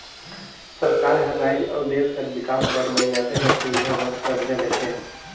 सरकार हर राएज अउ देस कर बिकास बर मइनसे कर सुबिधा बर करजा लेथे